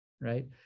right